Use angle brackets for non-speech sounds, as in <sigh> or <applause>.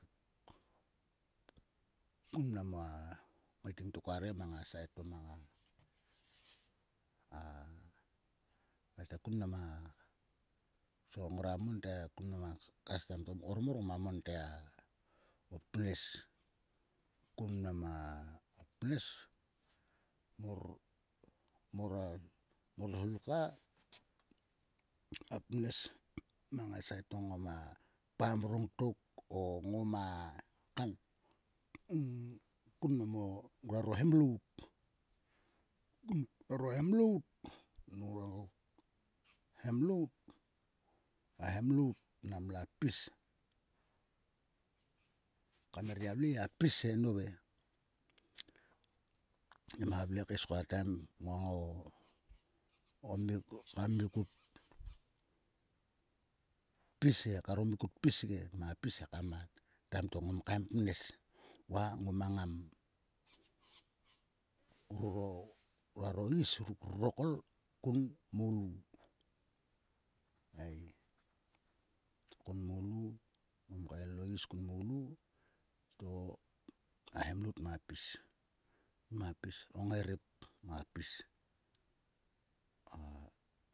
Kun mnam a ngaiting tokua re ma sait to mang a a havai te kun mnam a. to ngora mon te kun mnam a kastam to mkor mor ngama monte a o pnes. Kun mnam a o pnes mor. mor a <unintelligible> ta a pnes. Mang a sait to ngoma pam vrongtok o ngoma kan <hesitation> kun mnam nguaro hemlout. Kun mnam nguaro hemlout. kun mnam nguaro hemlout. Hemlout. hemlout nam la pis. kam gia vle gia pis e nove. Nama vle keis ko taim mo. ka mi kut pis ge ka mi kut pis ge. Taim to ngom kaim pnes va mang a. ngrorarois ruk rurokol kun moulu ei. Kom moulu ngom kael o is kom moulu to a hemlout nama pis. O ngairep ngama pis a.